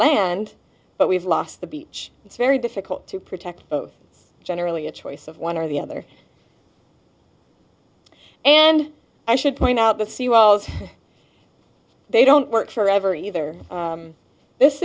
land but we've lost the beach it's very difficult to protect both it's generally a choice of one or the other and i should point out the sea walls they don't work forever either this